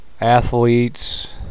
Athletes